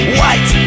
white